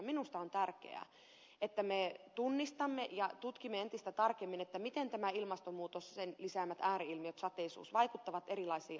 minusta on tärkeää että me tunnistamme ja tutkimme entistä tarkemmin miten tämä ilmastonmuutos sen lisäämät ääri ilmiöt sateisuus vaikuttaa erilaisiin asioihin